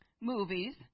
movies